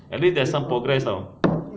at least there's some progress [tau]